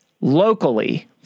locally